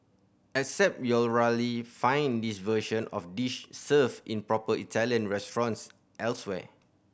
except you'll rarely find this version of dish served in proper Italian restaurants elsewhere